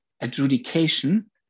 adjudication